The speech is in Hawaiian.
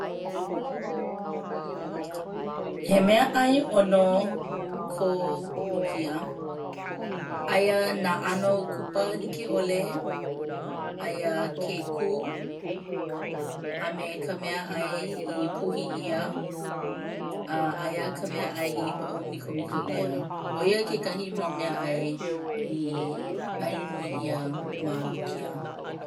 He meaʻai ʻono kō Lukia. Aia nā ʻano kupa like ʻole, aia ke kū a me ka meaʻai i puhi ʻia a aia ka meaʻai i hoʻomikomiko ʻia. ʻO ia kekahi mau meaʻai i ʻai nui ʻia ma Lukia.